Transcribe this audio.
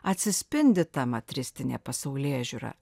atsispindi ta matristinė pasaulėžiūra